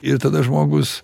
ir tada žmogus